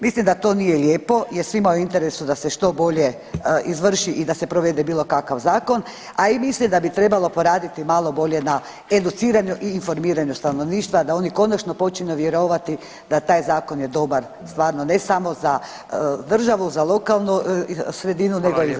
Mislim da to nije lijepo jer svima je u interesu da se što bolje izvrši i da se provede bilo kakav zakon, a i mislim da bi trebalo poraditi malo bolje na educiranju i informiranju stanovništva da oni konačno počnu vjerovati da taj zakon je dobar stvarno ne samo za državu, za lokalnu sredinu nego i [[Upadica Radin: Hvala lijepa.]] za